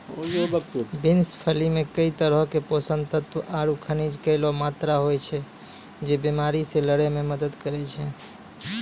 beans फली मे कई तरहो क पोषक तत्व आरु खनिज केरो मात्रा होय छै, जे बीमारी से लड़ै म मदद करै छै